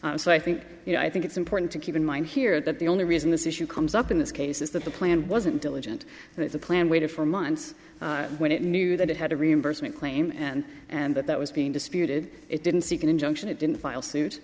diligent so i think you know i think it's important to keep in mind here that the only reason this issue comes up in this case is that the plan wasn't diligent and if the plan waited for months when it knew that it had a reimbursement claim and and that that was being disputed it didn't seek an injunction it didn't file suit